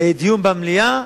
דיון במליאה,